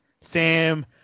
Sam